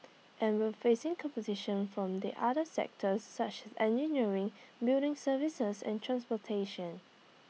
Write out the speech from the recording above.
and we're facing competition from the other sectors such as engineering building services and transportation